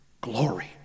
glory